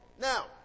Now